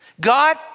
God